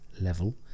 level